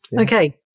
Okay